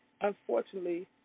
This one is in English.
unfortunately